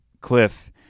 cliff